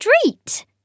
street